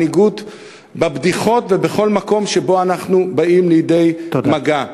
מנהיגות בבדיחות ובכל מקום שבו אנחנו באים לידי מגע.